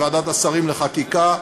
לוועדת השרים לחקיקה,